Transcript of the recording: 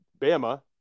Bama